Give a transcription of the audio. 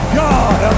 god